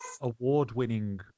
award-winning